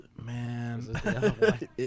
Man